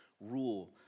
rule